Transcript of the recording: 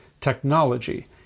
technology